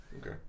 Okay